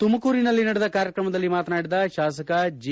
ತುಮಕೂರಿನಲ್ಲಿ ನಡೆದ ಕಾರ್ಯಕ್ರಮದಲ್ಲಿ ಮಾತನಾಡಿದ ಶಾಸಕ ಜಿ